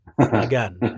Again